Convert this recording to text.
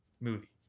movie